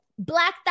Black